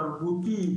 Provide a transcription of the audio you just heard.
תרבותי,